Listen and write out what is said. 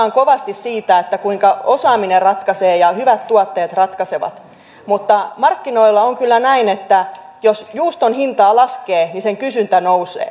puhutaan kovasti siitä kuinka osaaminen ratkaisee ja hyvät tuotteet ratkaisevat mutta markkinoilla on kyllä näin että jos juuston hintaa laskee sen kysyntä nousee